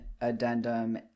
addendum